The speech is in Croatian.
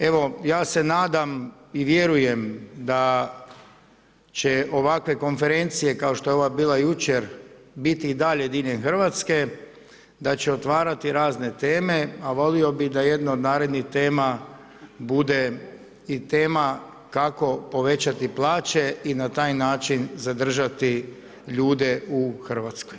Evo ja se nadam i vjerujem da će ovakve konferencije kao što je ova bila jučer biti i dalje diljem Hrvatske, da će otvarati razne teme a volio bi da jedna od narednih tema bude i tema kako povećati plaće i na taj način zadržati ljude u Hrvatskoj.